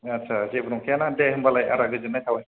आदसा जेबो नंखायाना दे होनबालाय आदा गोजोननाय थाबाय